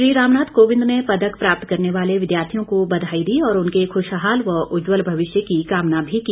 श्री रामनाथ कोविंद ने पदक प्राप्त करने वाले विद्यार्थियों को बधाई दी और उनके खुशहाल व उज्ज्वल भविष्य की कामना भी की